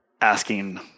asking